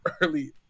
early